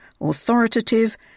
authoritative